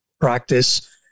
practice